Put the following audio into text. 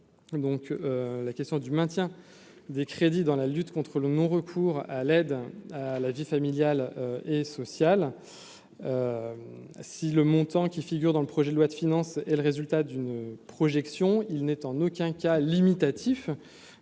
la question du maintien des crédits dans la lutte contre le non recours à l'aide à la vie familiale et sociale si le montant qui figure dans le projet de loi de finances et le résultat d'une projection, il n'est en aucun cas limitatif